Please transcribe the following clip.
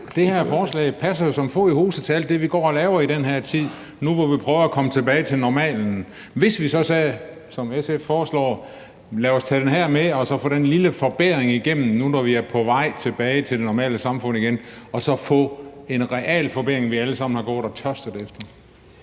det her forslag jo passer som fod i hose til alt det, vi går og laver i den her tid, nu hvor vi prøver at komme tilbage til normalen. Hvis vi så sagde, som SF foreslår: Lad os tage den her med og så få den lille forbedring igennem, nu når vi er på vej tilbage til det normale samfund igen, og så få en realforbedring, vi alle sammen har gået og tørstet efter.